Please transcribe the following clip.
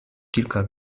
kilka